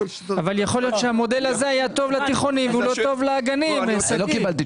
יכול להיות שהמודל הזה היה טוב לתיכונים והוא לא טוב לגני הילדים.